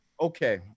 Okay